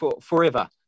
forever